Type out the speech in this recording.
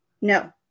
No